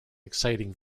exciting